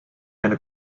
eine